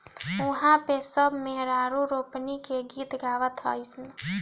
उहा पे सब मेहरारू रोपनी के गीत गावत हईन